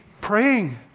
praying